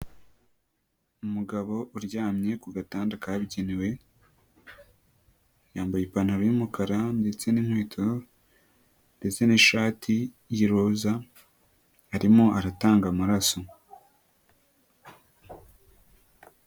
Umugabo uryamye ku gatanda kabigenewe yambaye ipantaro y'umukara ndetse n'inkweto ndetse n'ishati y'iroza, arimo aratanga amaraso.